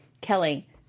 Kelly